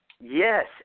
yes